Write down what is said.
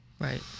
Right